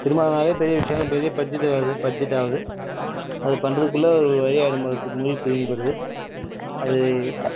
திருமணன்னாலே பெரிய விஷயோம் பெரிய பட்ஜெட்டு அது பட்ஜெட் ஆகுது அது பண்ணுறக்குள்ள ஒரு வழியாகிடும் போல இருக்குது முழி பிதுங்கி போயிடுது அது